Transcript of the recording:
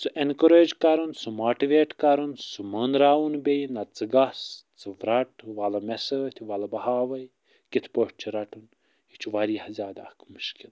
سُہ اٮ۪نکوریج کَرُن سُہ ماٹِویٹ کَرُن سُہ مٲنراوُن بیٚیہِ نَہ ژٕ گَژھ ژٕ رَٹ وَلہٕ مےٚ سۭتۍ وَلہٕ بہٕ ہاوَے کِتھ پٲٹھۍ چھُ رَٹُن یہِ چھُ وارِیاہ زیادٕ اکھ مشکِل